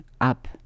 up